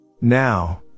Now